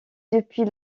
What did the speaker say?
depuis